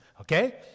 Okay